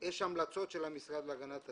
יש המלצות של המשרד להגנת הסביבה,